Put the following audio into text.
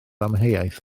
amheuaeth